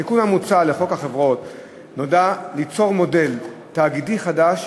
התיקון המוצע לחוק החברות נועד ליצור מודל תאגידי חדש,